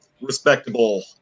respectable